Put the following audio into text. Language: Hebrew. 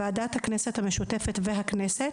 ועדת הכנסת המשותפת והכנסת,